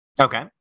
Okay